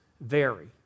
vary